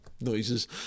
Noises